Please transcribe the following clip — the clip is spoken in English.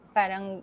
parang